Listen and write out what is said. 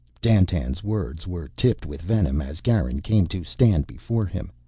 dandtan's words were tipped with venom as garin came to stand before him.